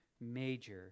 major